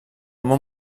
món